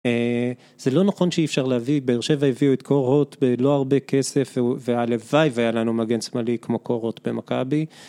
אה... זה לא נכון שאי אפשר להביא, באר שבע הביאו את קורהוט בלא הרבה כסף, והלוואי והיה לנו מגן שמאלי כמו קורהוט במכבי.